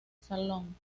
salón